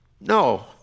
No